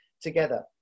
together